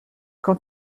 quand